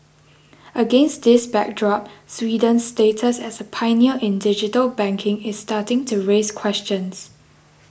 against this backdrop Sweden's status as a pioneer in digital banking is starting to raise questions